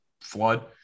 flood